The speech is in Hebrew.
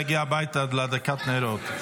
רוצים להגיע הביתה להדלקת נרות.